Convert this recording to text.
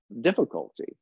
difficulty